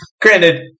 Granted